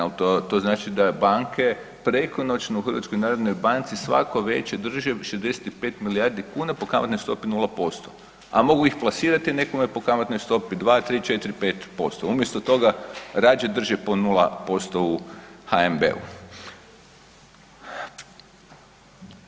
Al to, to znači da banke prekonoćno u HNB-u svako veče državši 95 miliajrdi kuna po kamatnoj stopi 0%, a mogu ih plasirati nekome po kamatnoj stopi 2-3-4-5%, umjesto toga rađe drže po 0% u HNB-u.